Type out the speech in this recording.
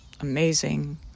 amazing